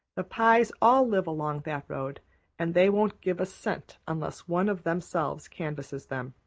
the pyes all live along that road and they won't give a cent unless one of themselves canvasses them.